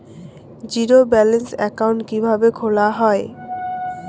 Zero balance account কিভাবে খোলা হয়?